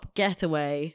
getaway